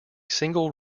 single